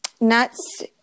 nuts